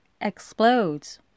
explodes